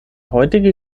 heutige